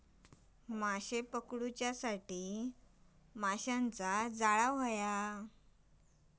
माशे पकडूच्यासाठी माशाचा जाळां होया